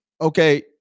Okay